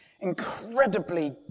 incredibly